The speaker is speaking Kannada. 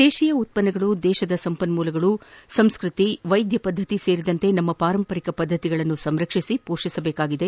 ದೇಶೀಯ ಉತ್ಪನ್ನಗಳು ದೇಶದ ಸಂಪನ್ನೂಲಗಳು ಸಂಸ್ಕೃತಿ ವೈದ್ಯ ಪದ್ದತಿಯೂ ಸೇರಿದಂತೆ ನಮ್ಮ ಪಾರಂಪರಿಕ ಪದ್ದತಿಗಳನ್ನು ಸಂರಕ್ಷಿಸಿ ಪೋಷಿಸಬೇಕಾಗಿದೆ